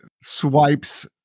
swipes